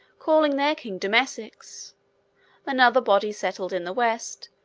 called their kingdom essex another body settled in the west,